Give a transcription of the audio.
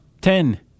Ten